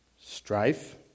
strife